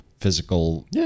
physical